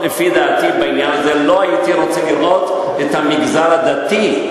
בעניין הזה, לא הייתי רוצה לראות את המגזר הדתי,